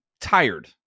tired